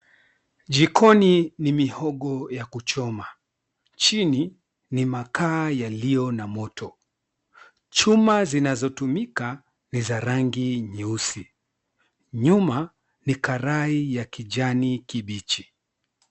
Jikoni ni mihogo ya kuchoma. Chini ni makaa yaliyo na moto. Chuma zinazotumika ni za rangi nyeusi. Nyuma ni karai ya kijani kibichi.